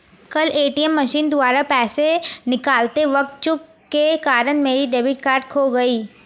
कल ATM machine द्वारा पैसे निकालते वक़्त चूक के कारण मेरा डेबिट कार्ड खो गया